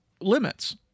limits